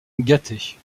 gâté